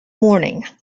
morning